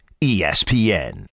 ESPN